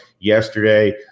Yesterday